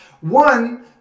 One